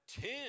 Ten